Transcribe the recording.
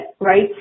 right